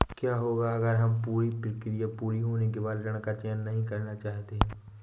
क्या होगा अगर हम पूरी प्रक्रिया पूरी होने के बाद ऋण का चयन नहीं करना चाहते हैं?